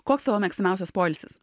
koks tavo mėgstamiausias poilsis